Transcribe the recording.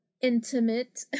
intimate